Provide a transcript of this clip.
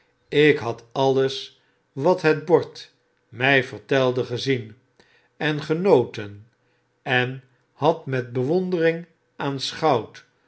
ik had alles wat het bord my vertelde gezien en genoten en had met bewondering